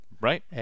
Right